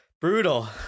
brutal